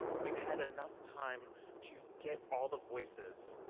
we've had enough time to get all the voices,